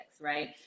Right